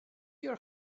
your